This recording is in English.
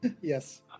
Yes